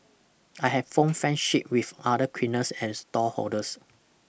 I have form friendship with other cleaners and stallholders